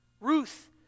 Ruth